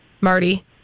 Marty